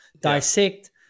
dissect